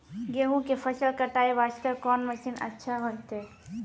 गेहूँ के फसल कटाई वास्ते कोंन मसीन अच्छा होइतै?